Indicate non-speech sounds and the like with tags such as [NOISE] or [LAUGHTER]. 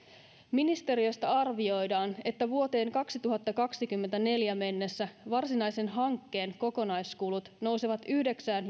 ministeriöstä arvioidaan että vuoteen kaksituhattakaksikymmentäneljä mennessä varsinaisen hankkeen kokonaiskulut nousevat yhdeksään [UNINTELLIGIBLE]